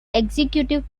executive